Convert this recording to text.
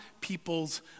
people's